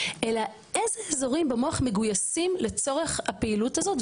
אלא איזה אזורים במוח מגויסים לצורך הפעילות הזאת,